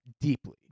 deeply